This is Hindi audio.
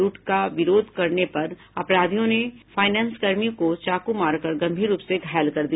लूट का विरोध करने पर अपराधियों ने फाईनेंसकर्मी को चाकू मारकर गंभीर रूप से घायल कर दिया